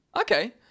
Okay